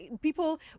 people